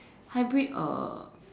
hybrid a